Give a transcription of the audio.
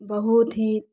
बहुत ही